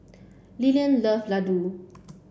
Lillian love Ladoo